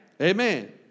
Amen